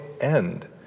end